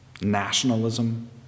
Nationalism